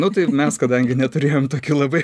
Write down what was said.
nu tai mes kadangi neturėjom tokių labai